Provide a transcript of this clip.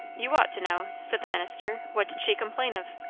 you ought to know, said the minister. what did she complain of.